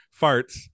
farts